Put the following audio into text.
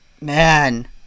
man